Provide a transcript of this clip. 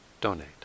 donate